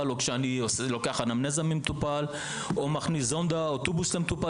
או כשאני לוקח אנמנזה ממטופל או מכניס זונדה או טובוס למטופל.